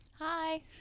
Hi